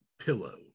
Pillow